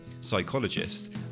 psychologist